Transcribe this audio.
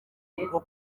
kuko